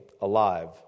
alive